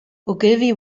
ogilvy